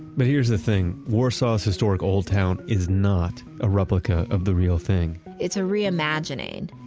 but here's the thing. warsaw's historic old town is not a replica of the real thing. it's a re-imagining.